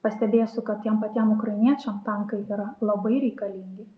pastebėsiu kad tiem patiem ukrainiečiam tankai yra labai reikalingi